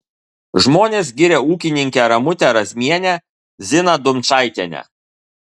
žmonės giria ūkininkę ramutę razmienę ziną dumčaitienę